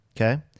okay